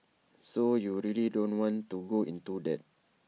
so you really don't want to go into that